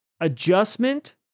adjustment